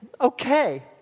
okay